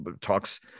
talks